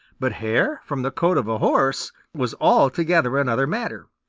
but hair from the coat of a horse was altogether another matter.